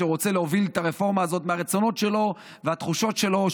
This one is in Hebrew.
רוצה להוביל את הרפורמה הזאת מהרצונות שלו ומהתחושות שלו.